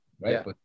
Right